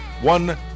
One